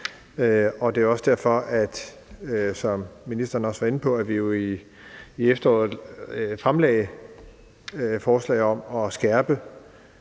og det er også derfor, som ministeren også var inde på, at vi jo i efteråret fremsatte forslag om at skærpe